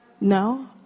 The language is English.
No